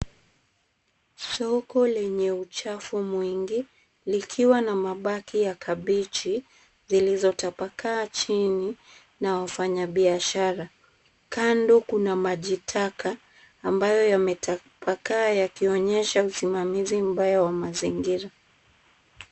Soko lenye uchafu mwingi, likiwa na mabaki ya kabichi zilizotapakaa chini na wafanyabiashara. Kando kuna maji taka ambayo yametapakaa yakionyesha usimamizi mbaya wa mazingira.